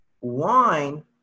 wine